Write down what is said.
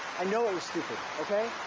i know it was stupid, okay?